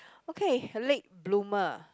okay late bloomer